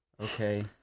okay